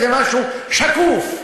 זה משהו שקוף,